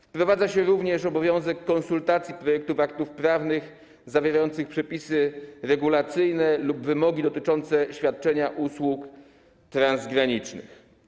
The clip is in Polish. Wprowadza się również obowiązek konsultacji projektów aktów prawnych zawierających przepisy regulacyjne lub wymogi dotyczące świadczenia usług transgranicznych.